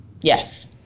yes